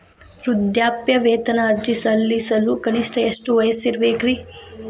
ವೃದ್ಧಾಪ್ಯವೇತನ ಅರ್ಜಿ ಸಲ್ಲಿಸಲು ಕನಿಷ್ಟ ಎಷ್ಟು ವಯಸ್ಸಿರಬೇಕ್ರಿ?